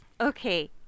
Okay